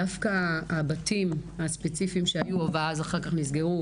דווקא הבתים הספציפיים שהיו ואחר כך נסגרו